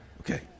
Okay